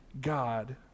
God